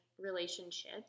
relationship